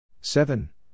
Seven